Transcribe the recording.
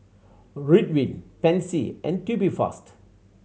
Ridwind Pansy and Tubifast